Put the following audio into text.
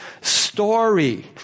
story